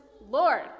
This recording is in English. Lord